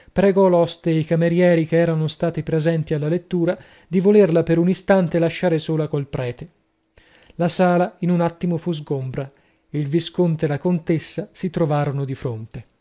pregò l'oste e i camerieri che eran stati presenti alla lettura di volerla per un istante lasciare sola col prete la sala in un attimo fu sgombra il visconte e la contessa si trovarono di fronte